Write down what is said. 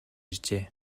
иржээ